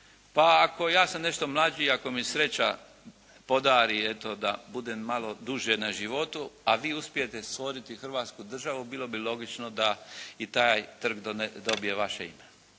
Pa ako ja sam nešto mlađi i ako me sreća podari eto da budem malo duže na životu, a vi uspijete stvoriti hrvatsku državu bilo bi logično da i taj trg dobije vaše ime.